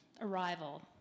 arrival